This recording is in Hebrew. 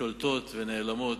שולטות ונעלמות.